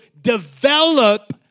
develop